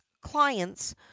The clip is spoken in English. clients